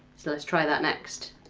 so let's try that next.